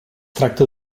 tracta